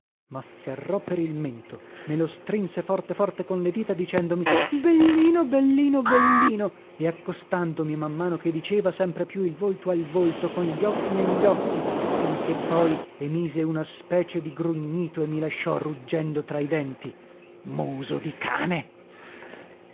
abbandonate mafferrò per il mento me lo strinse forte forte con le dita dicendomi bellino bellino bellino e accostandomi man mano che diceva sempre più il volto al volto con gli occhi negli occhi finché poi emise una specie di grugnito e mi lasciò ruggendo tra i denti muso di cane